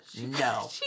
No